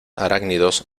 arácnidos